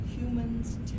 humans